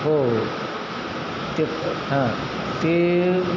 हो ते हां ते